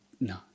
no